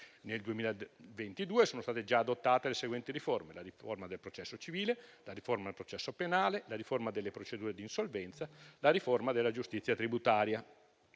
Nel 2022 sono state già adottate le seguenti riforme: la riforma del processo civile, la riforma del processo penale, la riforma delle procedure di insolvenza e la riforma della giustizia tributaria.